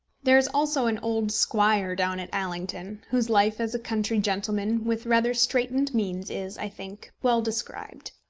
there is also an old squire down at allington, whose life as a country gentleman with rather straitened means is, i think, well described.